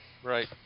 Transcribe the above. Right